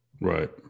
Right